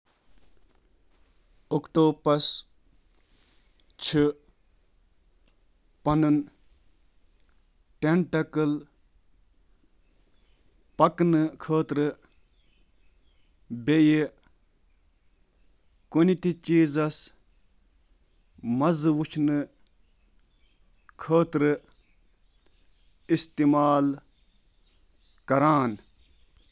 Octopus چِھ پنٕنۍ خیمہ واریاہن مقصدن خٲطرٕ استعمال کران، یتھ منز شٲمل چُھ: تحقیقات تہٕ گرفت کرٕنۍ، لفافہٕ کرُن تہٕ شکار، سفر تہٕ باقی۔